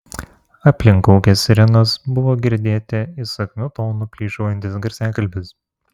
aplink kaukė sirenos buvo girdėti įsakmiu tonu plyšaujantis garsiakalbis